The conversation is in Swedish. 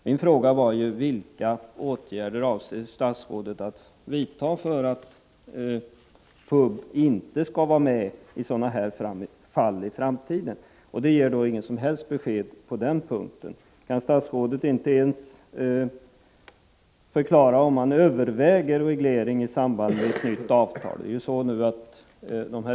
Min fråga gällde vilka åtgärder statsrådet avser vidta för att PUB inte skall vara med i sådana här fall i framtiden, men det blir inga som helst besked på den punkten. Kan statsrådet inte ens förklara om han överväger reglering i samband med ett nytt avtal?